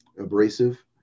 abrasive